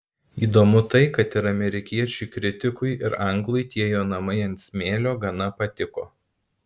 įdomu tai kad ir amerikiečiui kritikui ir anglui tie jo namai ant smėlio gana patiko